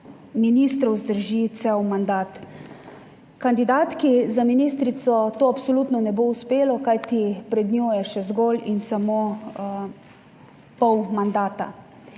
ministrov zdrži cel mandat. Kandidatki za ministrico to absolutno ne bo uspelo, kajti pred njo je še zgolj in samo pol mandata.